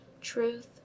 truth